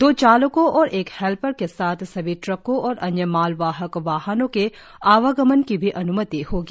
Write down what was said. दो चालकों और एक हेल्पर के साथ सभी ट्रकों और अन्य मालवाहक वाहनों के आवगमन की भी अन्मति होगी